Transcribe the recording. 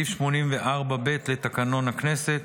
סעיף 84(ב) לתקנון הכנסת,